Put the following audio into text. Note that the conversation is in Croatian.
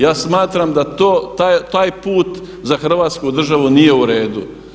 Ja smatram da taj put za Hrvatsku državu nije u redu.